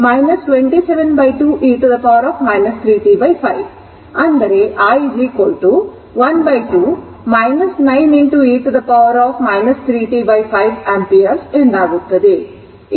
ಆದ್ದರಿಂದ i 12 92 e t 3 t5 272 e 3 t5 ಅಂದರೆ i 12 9 e 3 t5 ampere ಎಂದಾಗುತ್ತದೆ